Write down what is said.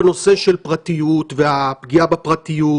בנושא של פרטיות והפגיעה בפרטיות,